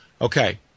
Okay